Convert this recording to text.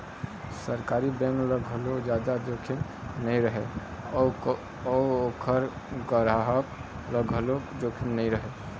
सरकारी बेंक ल घलोक जादा जोखिम नइ रहय अउ ओखर गराहक ल घलोक जोखिम नइ रहय